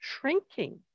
shrinking